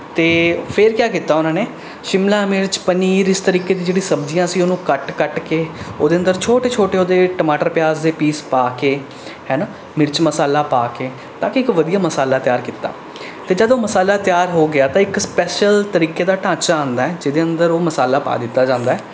ਅਤੇ ਫੇਰ ਕੀ ਕੀਤਾ ਉਹਨਾਂ ਨੇ ਸ਼ਿਮਲਾ ਮਿਰਚ ਪਨੀਰ ਇਸ ਤਰੀਕੇ ਦੀ ਜਿਹੜੀ ਸਬਜ਼ੀਆਂ ਸੀ ਉਹਨੂੰ ਕੱਟ ਕੱਟ ਕੇ ਉਹਦੇ ਅੰਦਰ ਛੋਟੇ ਛੋਟੇ ਉਹਦੇ ਟਮਾਟਰ ਪਿਆਜ਼ ਦੇ ਪੀਸ ਪਾ ਕੇ ਹੈ ਨਾ ਮਿਰਚ ਮਸਾਲਾ ਪਾ ਕੇ ਤਾਂ ਕਿ ਇੱਕ ਵਧੀਆ ਮਸਾਲਾ ਤਿਆਰ ਕੀਤਾ ਅਤੇ ਜਦੋਂ ਮਸਾਲਾ ਤਿਆਰ ਹੋ ਗਿਆ ਤਾਂ ਇੱਕ ਸਪੈਸ਼ਲ ਤਰੀਕੇ ਦਾ ਢਾਂਚਾ ਆਉਂਦਾ ਹੈ ਜਿਹਦੇ ਅੰਦਰ ਉਹ ਮਸਾਲਾ ਪਾ ਦਿੱਤਾ ਜਾਂਦਾ ਹੈ